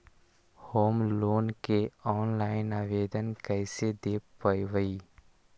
Home loan के online आवेदन कैसे दें पवई?